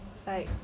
like